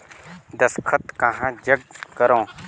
दस्खत कहा जग करो?